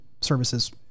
services